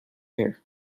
bear